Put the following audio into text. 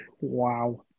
wow